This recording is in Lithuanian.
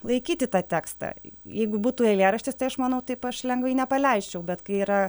laikyti tą tekstą jeigu būtų eilėraštis tai aš manau taip aš lengvai nepaleisčiau bet kai yra